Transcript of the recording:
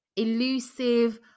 elusive